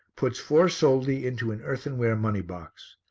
puts four soldi into an earthenware money-box.